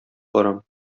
барам